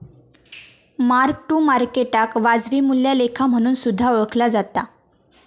mark to मार्केटाक वाजवी मूल्या लेखा म्हणून सुद्धा ओळखला जाता